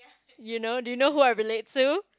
you know do you know who I relate to